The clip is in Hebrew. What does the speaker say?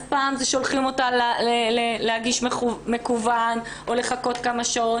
אז פעם זה שולחים אותה להגיש מקוון או לחכות כמה שעות